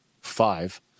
five